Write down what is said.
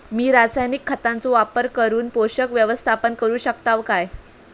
मी रासायनिक खतांचो वापर करून पोषक व्यवस्थापन करू शकताव काय?